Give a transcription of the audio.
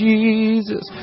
Jesus